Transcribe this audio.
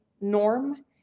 norm